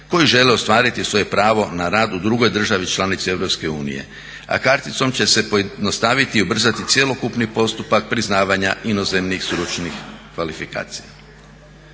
koji žele ostvariti svoje pravo na rad u drugoj državi članci EU, a karticom će se pojednostaviti i ubrzati cjelokupni postupak priznavanja inozemnih stručnih kvalifikacija.